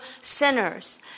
sinners